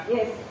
Yes